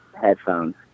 headphones